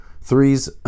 threes